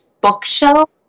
bookshelf